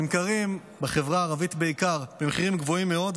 נמכרים, בחברה הערבית בעיקר, במחירים גבוהים מאוד.